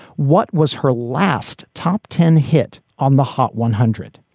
what was her last top ten hit on the hot one hundred?